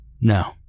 No